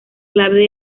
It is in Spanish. clave